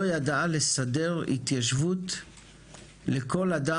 לא ידעה לסדר התיישבות לכל אדם,